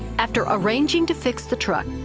after arranging to fix the truck,